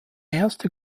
erste